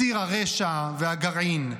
ציר הרשע והגרעין,